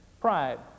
Pride